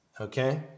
okay